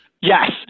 Yes